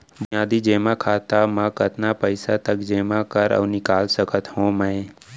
बुनियादी जेमा खाता म कतना पइसा तक जेमा कर अऊ निकाल सकत हो मैं?